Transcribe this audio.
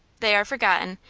they are forgotten,